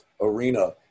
arena